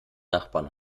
nachbarn